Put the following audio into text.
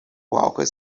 walked